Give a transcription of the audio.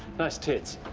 nice tits!